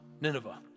Nineveh